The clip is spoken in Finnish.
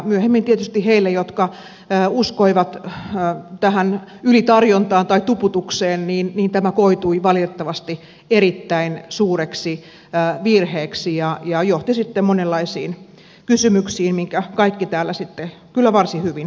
myöhemmin tietysti heille jotka uskoivat tähän ylitarjontaan tai tuputukseen tämä koitui valitettavasti erittäin suureksi virheeksi ja johti sitten monenlaisiin kysymyksiin minkä kaikki täällä sitten kyllä varsin hyvin tiedämme